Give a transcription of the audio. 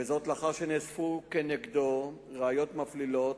וזאת לאחר שנאספו כנגדו ראיות מפלילות,